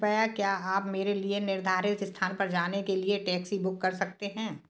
कृपया क्या आप मेरे लिए निर्धारित स्थान पर जाने के लिए टैक्सी बुक कर सकते है